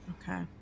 okay